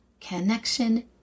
connection